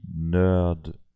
nerd